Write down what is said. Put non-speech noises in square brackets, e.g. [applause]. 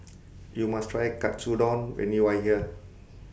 [noise] YOU must Try Katsudon when YOU Are here